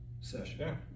session